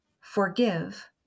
forgive